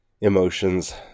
emotions